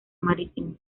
marítimo